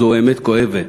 זאת אמת כואבת,